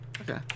Okay